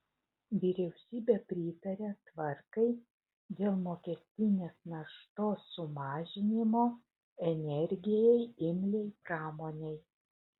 vyriausybė pritarė tvarkai dėl mokestinės naštos sumažinimo energijai imliai pramonei